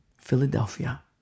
Philadelphia